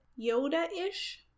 yoda-ish